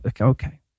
Okay